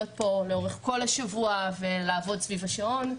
פה לאורך כל השבוע ולעבוד סביב השעון.